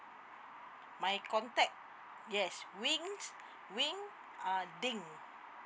my contact yes wings wing uh ding